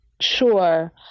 Sure